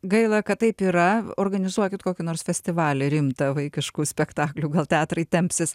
gaila kad taip yra organizuokit kokį nors festivalį rimtą vaikiškų spektaklių gal teatrai tempsis